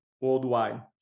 worldwide